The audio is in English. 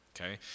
okay